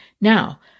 Now